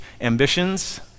ambitions